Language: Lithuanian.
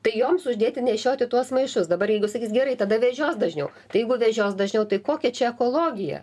tai joms uždėti nešioti tuos maišus dabar jeigu sakys gerai tada vežios dažniau tai jeigu vežios dažniau tai kokia čia ekologija